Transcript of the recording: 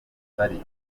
atari